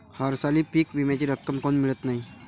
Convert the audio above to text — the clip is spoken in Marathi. हरसाली पीक विम्याची रक्कम काऊन मियत नाई?